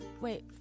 wait